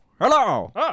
Hello